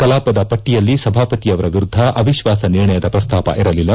ಕಲಾಪದ ಪಟ್ಟಿಯಲ್ಲಿ ಸಭಾಪತಿಯವರ ವಿರುದ್ದ ಅವಿಶ್ವಾಸ ನಿರ್ಣಯದ ಪ್ರಸ್ತಾವ ಇರಲಿಲ್ಲ